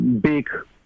big